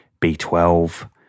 B12